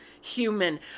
human